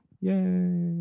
Yay